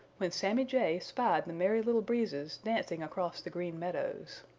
when sammy jay spied the merry little breezes dancing across the green meadows.